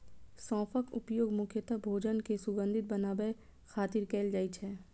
सौंफक उपयोग मुख्यतः भोजन कें सुगंधित बनाबै खातिर कैल जाइ छै